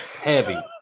heavy